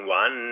one